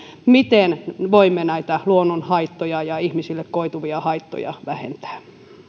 miten voimme näitä luonnolle ja ihmisille koituvia haittoja vähentää